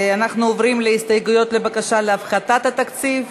אנחנו עוברים להסתייגויות לבקשה להפחתת התקציב,